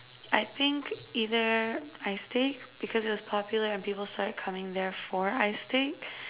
I think either i steak because it was popular and people started coming there for i steak